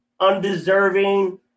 undeserving